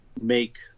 make